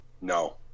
No